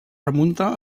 remunta